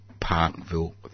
Parkville